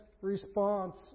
response